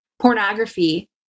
pornography